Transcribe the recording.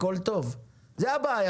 אולי זאת בכלל הבעיה